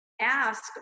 ask